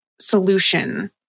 solution